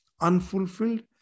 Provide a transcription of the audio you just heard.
unfulfilled